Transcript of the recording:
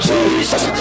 Jesus